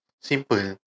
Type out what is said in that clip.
Simple